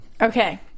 Okay